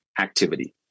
activity